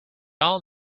all